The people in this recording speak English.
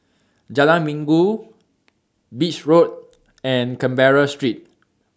Jalan Minggu Beach Road and Canberra Street